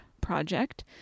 project